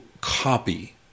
copy